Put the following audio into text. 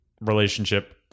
relationship